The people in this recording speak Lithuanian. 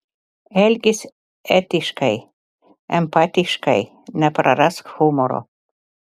elkis etiškai empatiškai neprarask humoro